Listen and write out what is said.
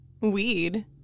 weed